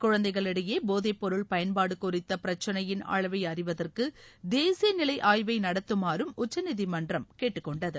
குழந்தைகளிடையே போதைப்பொருள் பயன்பாடு குறித்த பிரச்சினையின் அளவை அறிவதற்கு தேசிய நிலை ஆய்வை நடத்துமாறும் உச்சநீதிமன்றம் கேட்டுக்கொண்டது